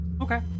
Okay